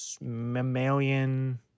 mammalian